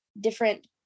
different